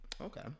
Okay